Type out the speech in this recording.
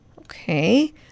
Okay